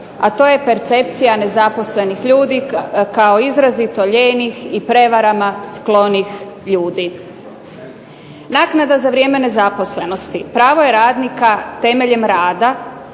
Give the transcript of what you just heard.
a to je percepcija nezaposlenih ljudi kao izrazito lijenih i prevarama sklonih ljudi. Naknada za vrijeme nezaposlenosti pravo je radnika temeljem rada